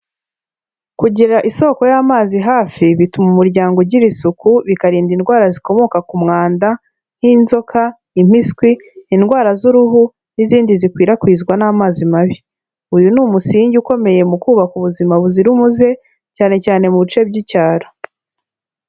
Kugira isoko y'amazi hafi bituma umuryango ugira isuku bikarinda indwara zikomoka ku mwanda, nk'inzoka, impiswi, indwara z'uruhu n'izindi zikwirakwizwa n'amazi mabi, uyu ni umusingi ukomeye mu kubaka ubuzima buzira umuze, cyane cyane mu bice by'icyaro.